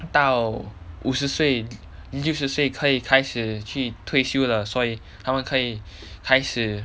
到五十岁六十岁可以开始去退休了所以他们可以开始